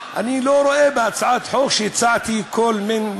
אני לא רואה בהצעת החוק שהצעתי הסתה,